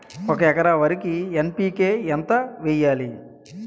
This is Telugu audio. ఒక ఎకర వరికి ఎన్.పి కే ఎంత వేయాలి?